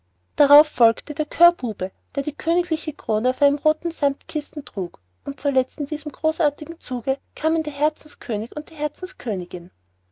darauf folgte der coeur bube der die königliche krone auf einem rothen sammetkissen trug und zuletzt in diesem großartigen zuge kamen der herzenskönig und die